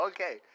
Okay